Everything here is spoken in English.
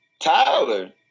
tyler